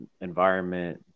environment